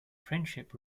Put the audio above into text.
friendship